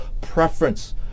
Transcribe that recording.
preference